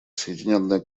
соединенное